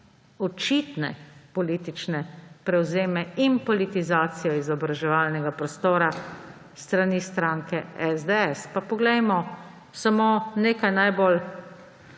očitne politične prevzeme in politizacijo izobraževalnega prostora s strani stranke SDS. Pa poglejmo samo nekaj najbolj